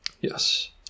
Yes